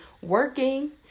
working